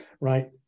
Right